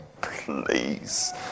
please